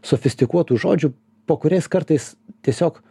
sofistikuotų žodžių po kuriais kartais tiesiog